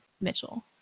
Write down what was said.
mitchell